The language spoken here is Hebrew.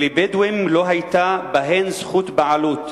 ולבדואים לא היתה בהן זכות בעלות.